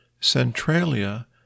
Centralia